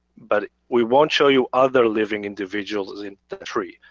but we won't show you other living individuals in the tree.